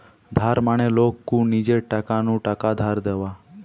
ধার মানে লোক কু নিজের টাকা নু টাকা ধার দেওয়া